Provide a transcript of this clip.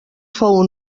fou